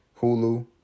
Hulu